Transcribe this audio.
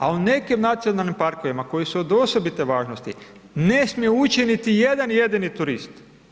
A u nekim nacionalnim parkovima koji su od osobite važnosti, ne smije ući niti jedan jedini turist.